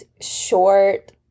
short